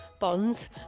Bonds